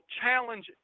challenge